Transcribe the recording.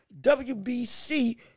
WBC